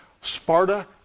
Sparta